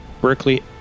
Berkeley